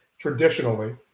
traditionally